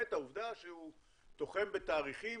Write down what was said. למעט העובדה שהוא תוחם בתאריכים